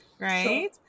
right